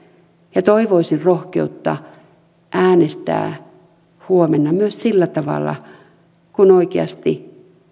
ja toivoisin rohkeutta äänestää huomenna myös sillä tavalla kuin oikeasti